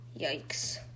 Yikes